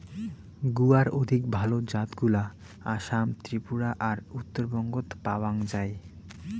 গুয়ার অধিক ভাল জাতগুলা আসাম, ত্রিপুরা আর উত্তরবঙ্গত পাওয়াং যাই